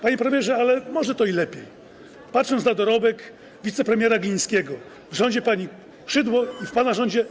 Panie premierze, ale może to i lepiej - patrząc na dorobek wicepremiera Glińskiego w rządzie pani Szydło i w pana rządzie.